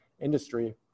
industry